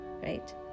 Right